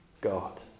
God